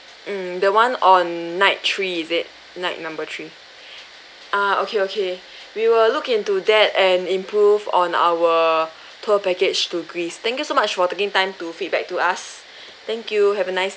mm the one on night three is it night number three ah okay okay we will look into that and improve on our tour package to greece thank you so much for taking time to feedback to us thank you have a nice